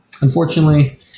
unfortunately